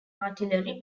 artillery